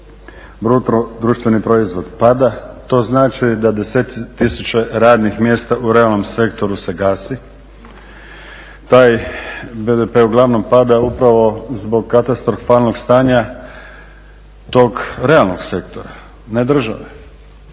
bruto društveni proizvod pada. To znači da desetci tisuće radnih mjesta u realnom sektoru se gasi. Taj BDP uglavnom pada upravo zbog katastrofalnog stanja tog realnog sektora, ne države.